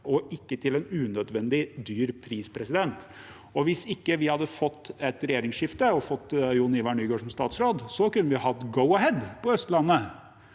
og ikke til en unødvendig høy pris. Hvis vi ikke hadde fått et regjeringsskifte og Jon-Ivar Nygård som statsråd, kunne vi hatt Go-Ahead på Østlandet,